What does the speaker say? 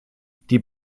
die